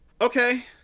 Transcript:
Okay